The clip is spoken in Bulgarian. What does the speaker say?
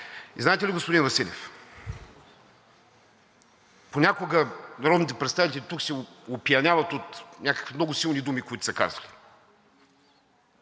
И знаете ли, господин Василев, понякога народните представители тук се опияняват от някакви много силни думи, които са казали,